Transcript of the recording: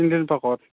children পাৰ্কত